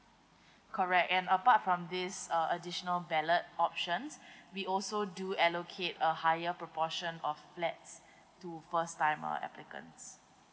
correct and apart from these uh additional ballot options we also do allocate a higher proportion of flats to first timer applicants